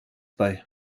bei